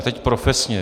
Teď profesně.